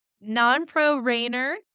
non-pro-rainer